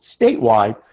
statewide